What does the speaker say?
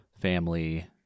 family